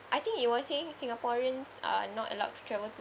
I think it was saying singaporeans are not allowed to travel to